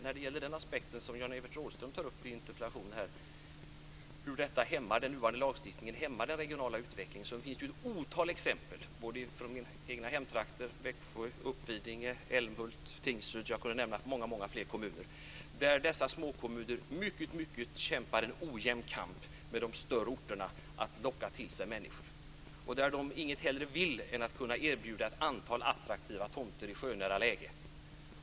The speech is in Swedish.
När det gäller den aspekt som Jan-Evert Rådhström tar upp i sin interpellation, dvs. hur den nuvarande lagstiftningen hämmar den regionala utvecklingen, finns det ett otal exempel från mina hemtrakter - Växjö, Uppvidinge, Älmhult, Tingsryd och många fler kommuner - där dessa små kommuner kämpar en mycket ojämn kamp mot de större orterna att locka till sig människor. De vill inget hellre än att kunna erbjuda ett antal attraktiva tomter i sjönära lägen.